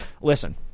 listen